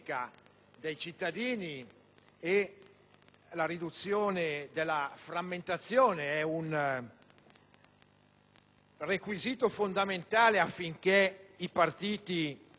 la riduzione della frammentazione è un requisito fondamentale affinché i partiti possano svolgere quel ruolo di sintesi